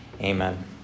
Amen